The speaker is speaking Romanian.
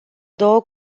două